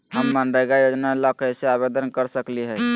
हम मनरेगा योजना ला कैसे आवेदन कर सकली हई?